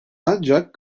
ancak